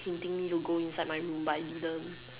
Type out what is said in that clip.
hinting me to go inside my room but I didn't